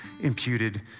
imputed